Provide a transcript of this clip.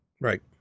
Right